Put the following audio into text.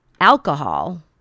alcohol